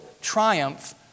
triumph